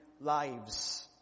lives